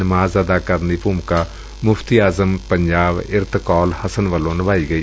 ਨਮਾਜ਼ ਅਦਾ ਕਰਨ ਦੀ ਭੂਮਿਕਾ ਮੁਫਤੀ ਆਜ਼ਮ ਪੰਜਾਬ ਇਰਤ ਕੋਲ ਹਸਨ ਵੱਲੋਂ ਨਿਭਾਈ ਗਈ